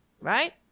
Right